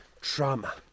trauma